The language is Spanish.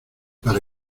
para